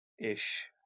ish